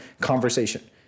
conversation